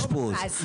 לא אושפז.